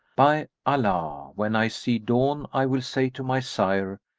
by allah, when i see dawn i will say to my sire,